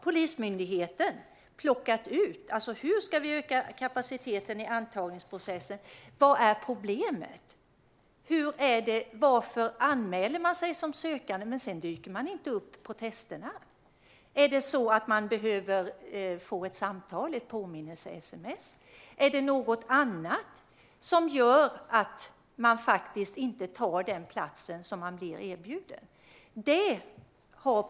Polismyndigheten har i den plockat ut hur kapaciteten i antagningsprocessen ska ökas, vad problemet är och varför man anmäler sig som sökande men inte dyker upp på testerna. Behöver man ett samtal eller sms som påminner? Är det något annat som leder till att man inte tar den erbjudna platsen?